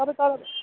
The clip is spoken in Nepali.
तपाईँ तल